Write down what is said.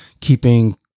keeping